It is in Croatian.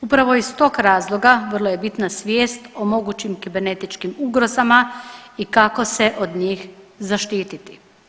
Upravo iz tog razloga vrlo je bitna svijet o mogućim kibernetičkim ugrozama i kako se od njih zaštiti.